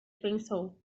pensou